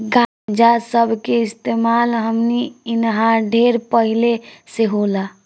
गांजा सब के इस्तेमाल हमनी इन्हा ढेर पहिले से होला